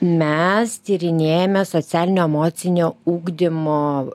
mes tyrinėjame socialinio emocinio ugdymo